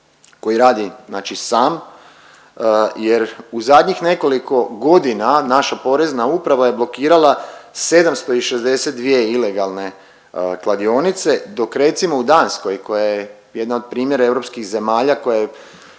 koji radi znači sam jer u zadnjih nekoliko godina naša Porezna uprava je blokirala 762 ilegalne kladionice dok recimo u Danskoj koja je jedan od primjera europskih zemalja